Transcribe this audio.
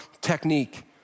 technique